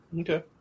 Okay